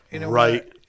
right